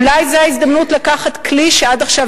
אולי זו ההזדמנות לקחת כלי שעד עכשיו